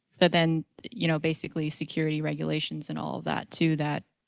but then, you know, basically security regulations and all of that to that